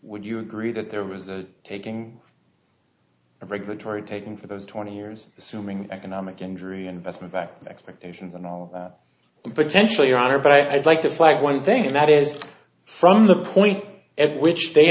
would you agree that there was the taking regulatory taking for those twenty years assuming economic injury investment back the expectations and all potential your honor but i'd like to flag one thing that is from the point at which they